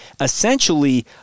essentially